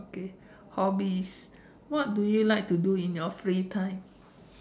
okay hobbies what do you like to do in your free time